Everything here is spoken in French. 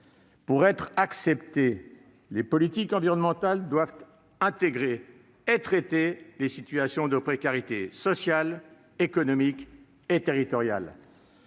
Pour être acceptées, les politiques environnementales doivent intégrer et traiter les situations de précarité sociale, économique et territoriale.